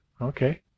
Okay